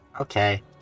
Okay